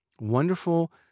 wonderful